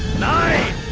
nine